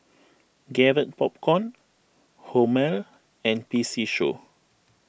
Garrett Popcorn Hormel and P C Show